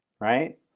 right